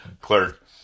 clerk